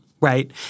right